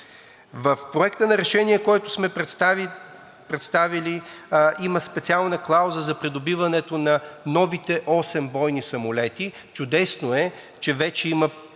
В Проекта на решение, който сме представили, има специална клауза за придобиването на новите осем бойни самолета. Чудесно е, че вече има